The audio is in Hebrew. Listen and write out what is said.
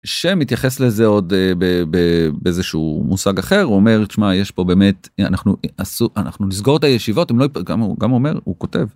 שמתייחס לזה עוד באיזשהו מושג אחר אומר שמע יש פה באמת אנחנו עשו אנחנו נסגור את הישיבות גם הוא גם אומר הוא כותב.